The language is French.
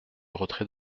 retrait